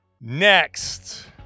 Next